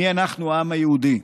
מי אנחנו, העם היהודי.